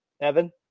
Evan